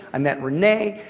i met renee.